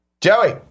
Joey